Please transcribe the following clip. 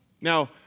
Now